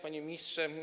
Panie Ministrze!